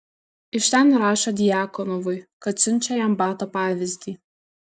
iš ten rašo djakonovui kad siunčia jam bato pavyzdį